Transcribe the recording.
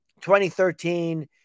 2013